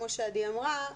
כמו שעדי אמרה,